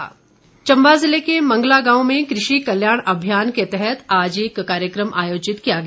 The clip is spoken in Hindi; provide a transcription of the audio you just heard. अभियान चंबा ज़िले के मंगला गांव में कृषि कल्याण अभियान के तहत आज एक कार्यकम आयोजित किया गया